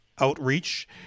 outreach